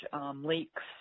leaks